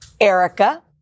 Erica